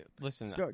listen